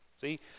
See